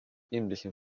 ähnlichem